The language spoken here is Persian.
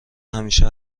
همیشه